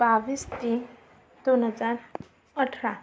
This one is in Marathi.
बावीस तीन दोन हजार अठरा